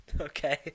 okay